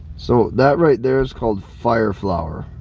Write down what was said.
so that right there is called fire flower.